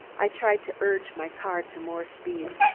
i tried to urge my car to more speed.